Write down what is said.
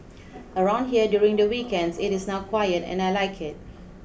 around here during the weekends it is now quiet and I like it